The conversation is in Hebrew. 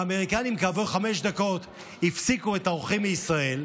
האמריקנים כעבור חמש דקות הפסיקו את האורחים מישראל,